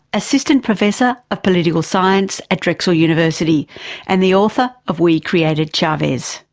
assistant professor of political science at drexel university and the author of we created chavez.